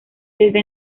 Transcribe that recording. desde